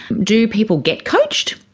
do people get coached?